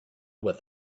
with